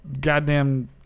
goddamn